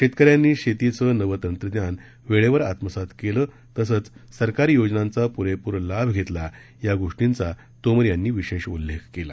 शेतकऱ्यांनी शेतीचं नवं तंत्रज्ञान वेळेवर आत्मसात केलं तसंच सरकारी योजनांचा प्रेप्र लाभ घेतला या गोष्टीचा तोमर यांनी विशेष उल्लेख केला